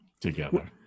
Together